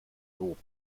lob